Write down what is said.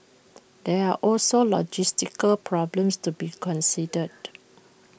there are also logistical problems to be considered